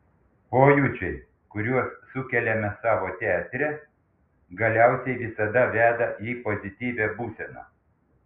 pojūčiai kuriuos sukeliame savo teatre galiausiai visada veda į pozityvią būseną